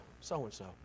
so-and-so